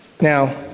Now